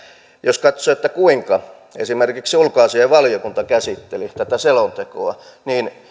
jos katsoo kuinka esimerkiksi ulkoasiainvaliokunta käsitteli tätä selontekoa